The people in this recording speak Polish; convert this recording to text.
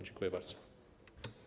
Dziękuję bardzo.